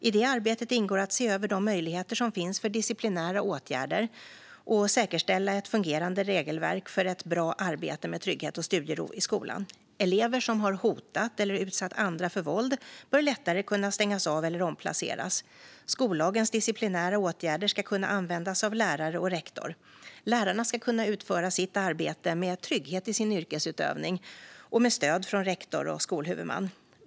I det arbetet ingår att se över de möjligheter som finns för disciplinära åtgärder och att säkerställa ett fungerande regelverk för ett bra arbete med trygghet och studiero i skolan. Elever som har hotat eller utsatt andra för våld bör lättare kunna stängas av eller omplaceras. Skollagens disciplinära åtgärder ska kunna användas av lärare och rektor. Lärarna ska kunna utföra sitt arbete med trygghet i sin yrkesutövning och med stöd från rektor och skolhuvudman.